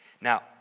Now